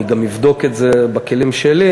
אני גם אבדוק את זה בכלים שלי,